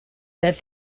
that